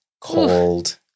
cold